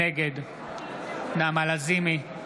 נגד נעמה לזימי,